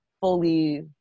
fully